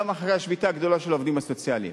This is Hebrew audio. גם אחרי השביתה הגדולה של העובדים הסוציאליים: